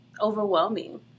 overwhelming